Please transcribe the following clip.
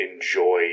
enjoy